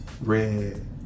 red